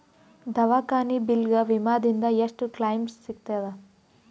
ದವಾಖಾನಿ ಬಿಲ್ ಗ ವಿಮಾ ದಿಂದ ಎಷ್ಟು ಕ್ಲೈಮ್ ಸಿಗತದ?